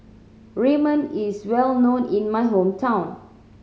ramen is well known in my hometown